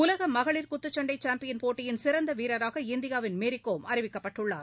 உலகமகளிர் குத்துச்சண்டைசாம்பியன் போட்டியின் சிறந்தவீரராக இந்தியாவின் மேரிகோம் அறிவிக்கப்பட்டுள்ளார்